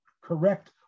correct